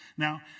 Now